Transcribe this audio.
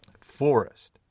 forest